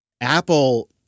Apple